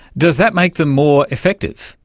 does that make them more effective?